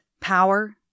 power